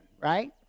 right